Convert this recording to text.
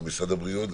גם משרד הבריאות,